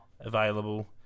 available